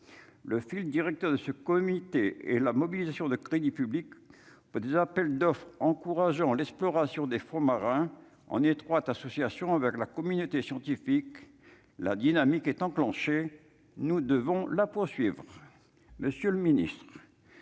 le fil directeur de ce comité et la mobilisation de crédits publics pas des appels d'offres, encourageant l'exploration des fonds marins en étroite association avec la communauté scientifique, la dynamique est enclenchée, nous devons la poursuivre Monsieur le Ministre,